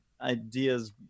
ideas